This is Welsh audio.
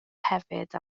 hefyd